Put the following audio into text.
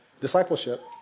discipleship